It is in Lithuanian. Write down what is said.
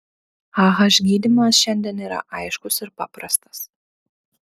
ah gydymas šiandien yra aiškus ir paprastas